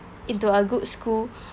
into a good school